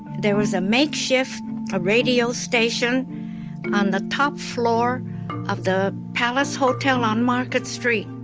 there was a makeshift ah radio station on the top floor of the palace hotel on market street.